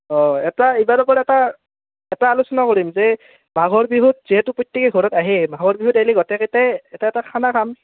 অঁ এটা এইবাৰপৰ এটা এটা আলোচনা কৰিম যে মাঘৰ বিহুত যিহেতু প্ৰত্যেকেই ঘৰত আহে মাঘৰ বিহুত এলি গটেইকেইটাই এটা এটা খানা খাম